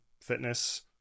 fitness